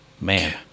man